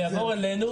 זה יעבור אלינו.